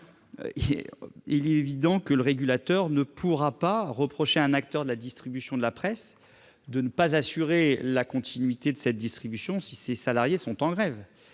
Il est évident que le régulateur ne pourra pas reprocher à un acteur de la distribution de la presse de ne pas assurer la continuité de la distribution si ses salariés sont en grève.